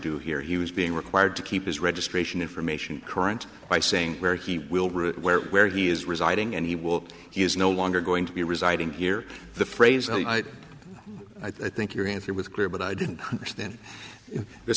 do here he was being required to keep his registration information current by saying where he will route where where he is residing and he will he is no longer going to be residing here the phrase i think your answer with clear but i didn't understand th